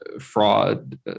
fraud